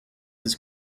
his